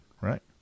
right